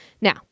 Now